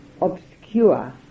obscure